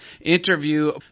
interview